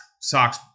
socks